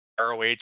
ROH